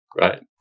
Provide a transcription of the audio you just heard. right